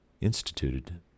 instituted